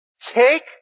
take